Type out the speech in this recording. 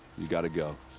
you gotta go.